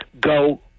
go